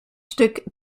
stück